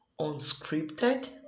unscripted